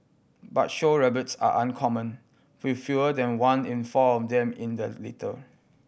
but show rabbits are uncommon with fewer than one in four of them in the litter